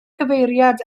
cyfeiriad